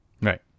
Right